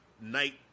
night